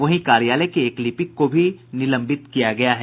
वहीं कार्यालय के एक लिपिक को भी निलंबित किया गया है